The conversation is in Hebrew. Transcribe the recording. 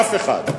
אף אחד.